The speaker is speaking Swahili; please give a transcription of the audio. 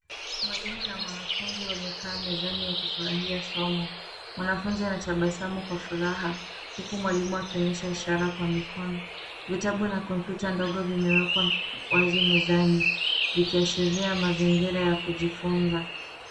Mwalimu na mwanafunzi wamekaa mezani wakifurahia somo. Mwanafunzi anatabasamu kwa furaha, huku mwalimu akionyesha ishara kwa mikono. Vitabu na kompyuta ndogo vimewekwa wazi mezani, vikiashiria mazingira ya kujifunza.